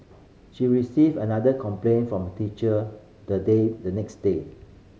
she received another complaint from teacher the day the next day